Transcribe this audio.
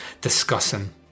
discussing